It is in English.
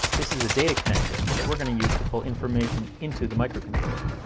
this is a data connector that we're going to use to pull information into the microcontroller.